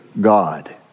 God